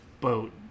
boat